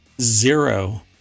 zero